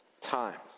time